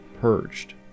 purged